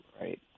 right